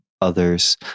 others